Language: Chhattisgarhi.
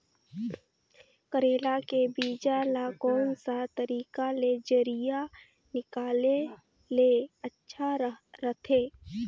करेला के बीजा ला कोन सा तरीका ले जरिया निकाले ले अच्छा रथे?